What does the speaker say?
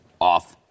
off